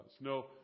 No